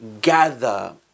gather